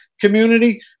community